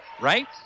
right